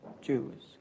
Jews